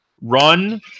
run